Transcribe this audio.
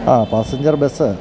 ആ passenger bus